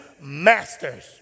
masters